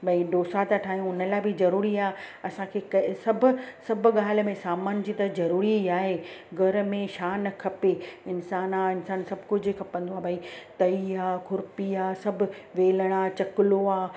भई डोसा था ठाहियूं हुन लाइ बि ज़रूरी आहे असांखे के सभु सभु ॻाल्हि में सामान जी त ज़रूरी आहे घर में छा न खपे इंसानु आहे इंसानु सभु कुझु ई खपंदो आहे भई तई आहे खुरिपी आहे सभु वेलण आहे चकुलो आहे